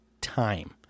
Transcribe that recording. time